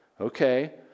Okay